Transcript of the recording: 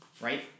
right